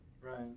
Right